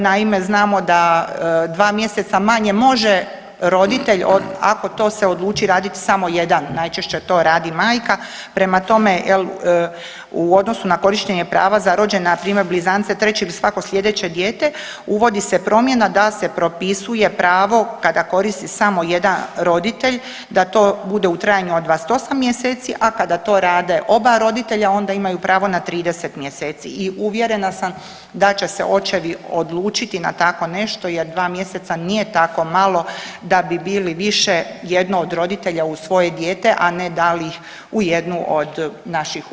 Naime, znamo da dva mjeseca manje može roditelj ako to se odluči radit samo jedan, najčešće to radi majka, prema tome jel u odnosu na korištenje prava za rođene npr. blizance, treće ili svako slijedeće dijete uvodi se promjena da se propisuje pravo kada koristi samo jedan roditelj, da to bude u trajanju od 28 mjeseci, a kada to rade oba roditelja, onda imaju pravo na 30 mjeseci i uvjerena sam da će se očevi odlučiti na tako nešto jer 2 mjeseca nije tako malo da bi bili više jedno od roditelja uz svoje dijete, a ne dali ih u jedno od naših ustanova.